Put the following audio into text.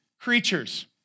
creatures